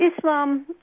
Islam